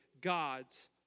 God's